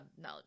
no